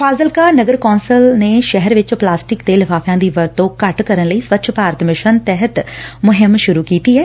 ਫਾਜ਼ਿਲਕਾ ਨਗਰ ਕੋ'ਸਲ ਨੇ ਸ਼ਹਿਰ ਵਿੱਚ ਪਲਾਸਟੀਕ ਦੇ ਲਿਫਾਫਿਆਂ ਦੀ ਵਰਤੋ ਘੱਟ ਕਰਨ ਲਈ ਸਵੱਛ ਭਾਰਤ ਮਿਸ਼ਨ ਅਧੀਨ ਇਹ ਮੁਹਿੰਮ ਸੁਰੁ ਕੀਤੀ ਐ